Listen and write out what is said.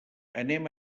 anem